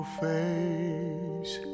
face